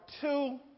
two